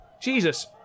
Jesus